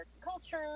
culture